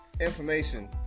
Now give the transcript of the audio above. information